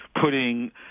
putting